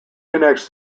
connects